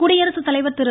குடியரசுத் தலைவர் திரு